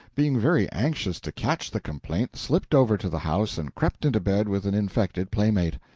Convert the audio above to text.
being very anxious to catch the complaint, slipped over to the house and crept into bed with an infected playmate.